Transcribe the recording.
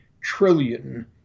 trillion